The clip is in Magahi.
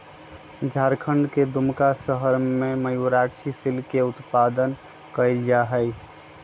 झारखंड के दुमका शहर में मयूराक्षी सिल्क के उत्पादन कइल जाहई